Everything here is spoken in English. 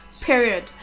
Period